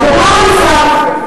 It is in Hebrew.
הדבר הנוסף,